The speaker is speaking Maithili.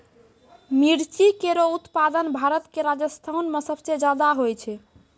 मिर्ची केरो उत्पादन भारत क राजस्थान म सबसे जादा होय छै